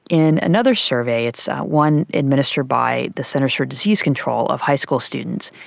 in another survey, it's one administered by the centres for disease control, of high school students,